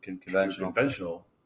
conventional